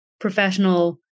professional